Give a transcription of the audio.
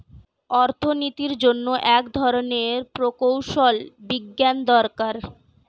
অর্থনীতির জন্য এক ধরনের প্রকৌশল বিজ্ঞান দরকার